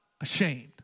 ashamed